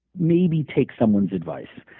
maybe take someone's advice.